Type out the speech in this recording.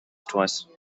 twice